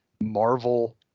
Marvel